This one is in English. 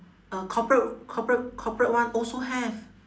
uh corporate corporate corporate one also have